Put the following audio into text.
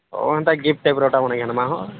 ହଁ ଏମିତି ଗିଫ୍ଟ ଟାଇପ୍ର ଗୋଟେ କିଣିବା ହଁ